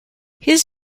his